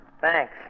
Thanks